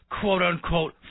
quote-unquote